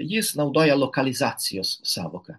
jis naudoja lokalizacijos sąvoką